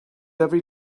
every